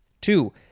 Two